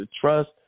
trust